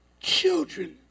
Children